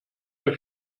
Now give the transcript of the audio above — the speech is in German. mehr